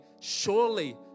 surely